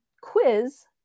quiz